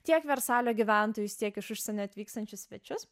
tiek versalio gyventojus tiek iš užsienio atvykstančius svečius